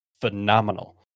phenomenal